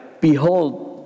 behold